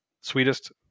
sweetest